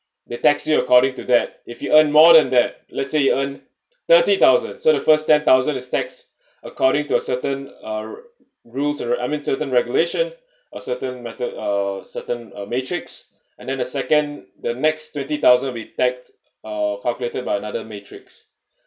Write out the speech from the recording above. they tax you according to that according to that if you earn more than that let's say you earn thirty thousand so the first ten thousand is taxed according to a certain uh rules or I meant certain regulation or certain method uh certain uh matrix and then the second the next twenty thousand will be taxed uh calculated by another matrix